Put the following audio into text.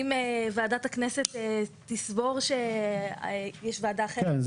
אם ועדת הכנסת תסבור שיש ועדה אחרת --- כן,